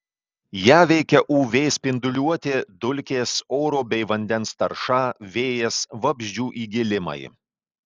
ją veikia uv spinduliuotė dulkės oro bei vandens tarša vėjas vabzdžių įgėlimai